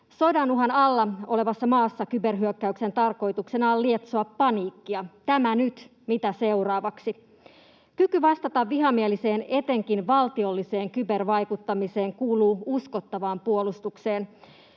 Sodanuhan alla olevassa maassa kyberhyökkäyksen tarkoituksena on lietsoa paniikkia: tämä nyt, mitä seuraavaksi? Kyky vastata vihamieliseen, etenkin valtiolliseen kybervaikuttamiseen kuuluu uskottavaan puolustukseen.